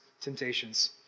temptations